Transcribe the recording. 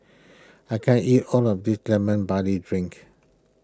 I can't eat all of this Lemon Barley Drink